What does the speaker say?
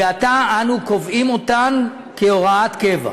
ועתה אנו קובעים אותן כהוראת קבע.